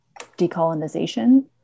decolonization